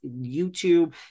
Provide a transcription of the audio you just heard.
YouTube